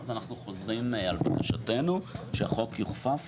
אז אנחנו חוזרים על דרישתנו, שהחוק יוכפף